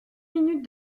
minutes